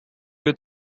you